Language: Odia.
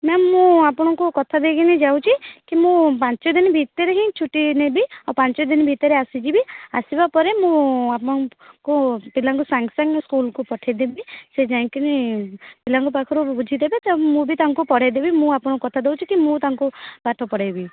ମ୍ୟାମ ମୁଁ ଆପଣଙ୍କୁ କଥା ଦେଇକି ଯାଉଛି କି ମୁଁ ପାଞ୍ଚ ଦିନ ଭିତରେ ହିଁ ଛୁଟି ନେବି ଆଉ ପାଞ୍ଚ ଦିନ ଭିତରେ ଆସିଯିବି ଆସିବା ପରେ ମୁଁ ଆପଣ ଙ୍କୁ ପିଲାଙ୍କୁ ସ୍କୁଲକୁ ସାଙ୍ଗେ ସାଙ୍ଗେ ସ୍କୁଲକୁ ପଠେଇଦେବି ସେ ଯାଇକି ପିଲାଙ୍କ ପାଖରୁ ବୁଝି ଦେବେ ତ ମୁଁ ବି ତାଙ୍କୁ ପଢ଼େଇ ଦେବି ମୁଁ ଆପଣଙ୍କୁ କଥା ଦେଉଛି କି ମୁଁ ତାଙ୍କୁ ପାଠ ପଢ଼େଇବି